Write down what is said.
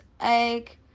egg